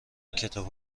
کتاب